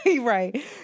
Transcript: Right